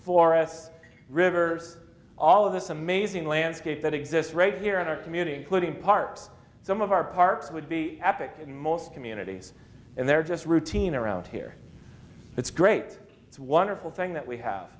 us rivers all of this amazing landscape that exists right here in our community including part some of our parks would be epic in most communities and they're just routine around here it's great it's wonderful thing that we have